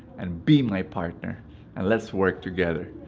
and be my partner and let's work together.